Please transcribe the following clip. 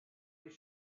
was